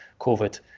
COVID